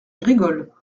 rigole